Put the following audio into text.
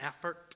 effort